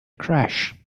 crash